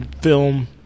film